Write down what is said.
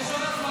התשפ"ד 2024,